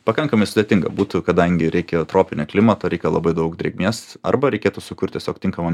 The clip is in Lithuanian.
pakankamai sudėtinga būtų kadangi reikėjo tropinio klimato reikia labai daug drėgmės arba reikėtų sukurti tiesiog tinkamą